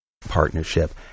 partnership